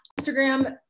Instagram